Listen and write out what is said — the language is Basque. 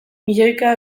milioika